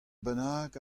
bennak